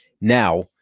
now